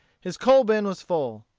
his coal-bin was full.